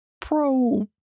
pro